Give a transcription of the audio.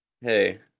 Hey